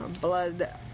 blood